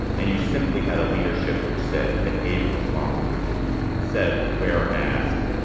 and you simply had a leadership which said behave responsibly that said, wear a mask,